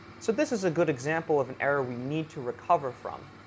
so this is a good example of an error we need to recover from,